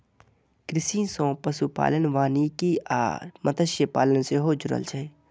कृषि सं पशुपालन, वानिकी आ मत्स्यपालन सेहो जुड़ल छै